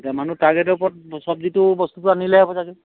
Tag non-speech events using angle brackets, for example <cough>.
এতিয়া মানুহ ট্গেটৰ ওপৰত চব্জিটো বস্তুটো আনিলে <unintelligible>